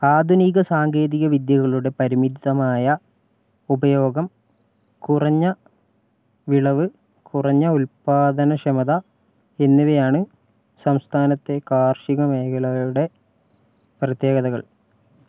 ആധുനിക സാങ്കേതികവിദ്യകളുടെ പരിമിതമായ ഉപയോഗം കുറഞ്ഞ വിളവ് കുറഞ്ഞ ഉൽപ്പാദനക്ഷമത എന്നിവയാണ് സംസ്ഥാനത്തെ കാർഷികമേഖലകളുടെ പ്രത്യേകതകൾ